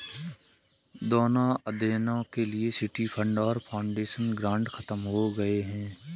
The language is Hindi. दोनों अध्ययनों के लिए सिटी फंड और फाउंडेशन ग्रांट खत्म हो गए हैं